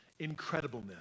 incredibleness